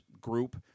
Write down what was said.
group